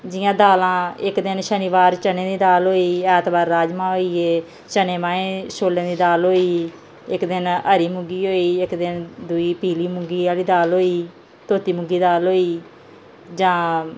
जियां दालां इक दिन शनिवार चने दी दाल होई गेई ऐतवार राजमांह् होई गे चने माएं छोलें दी दाल होई गेई इक दिन हरी मुंगी होई गेई इक दिन दूई पीली मुंगी आह्ली दाल होई गेई धोती मुंगी दाल होई गेई जां